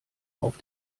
auf